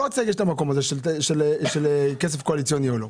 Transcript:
אני לא רציתי לגשת למקום הזה של כסף קואליציוני או לא.